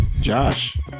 josh